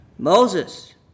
Moses